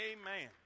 Amen